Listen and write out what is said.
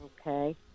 Okay